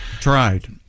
Tried